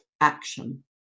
action